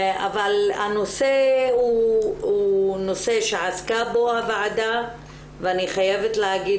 אבל הנושא הוא נושא שעסקה בו הוועדה ואני חייבת להגיד,